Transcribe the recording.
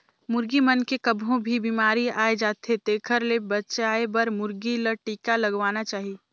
मुरगी मन मे कभों भी बेमारी आय जाथे तेखर ले बचाये बर मुरगी ल टिका लगवाना चाही